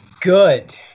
good